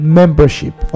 membership